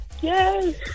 Yay